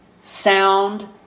sound